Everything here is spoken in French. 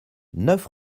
neuf